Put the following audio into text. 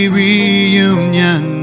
reunion